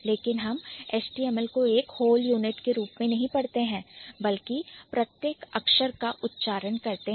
लेकिन हम HTML को एक whole unit के रूप में नहीं पढते हैं बल्कि प्रत्येक अक्षर H T M L का उच्चारण करते हैं